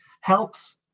helps